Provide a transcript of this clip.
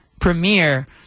premiere